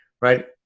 right